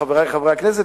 חברי חברי הכנסת,